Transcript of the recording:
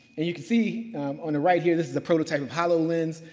and you can see on the right here, this is a prototype of hololens.